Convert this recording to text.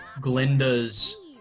Glinda's